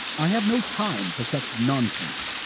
i have no time for such nonsense.